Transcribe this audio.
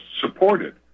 supported